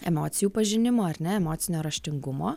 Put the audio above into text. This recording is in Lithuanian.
emocijų pažinimo ar ne emocinio raštingumo